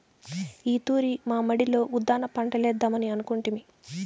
ఈ తూరి మా మడిలో ఉద్దాన పంటలేద్దామని అనుకొంటిమి